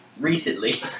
Recently